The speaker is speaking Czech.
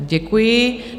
Děkuji.